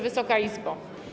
Wysoka Izbo!